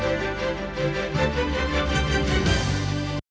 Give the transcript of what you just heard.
Дякую.